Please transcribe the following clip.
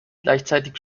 gleichzeitig